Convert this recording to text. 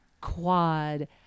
quad